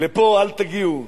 לפה אל תגיעו.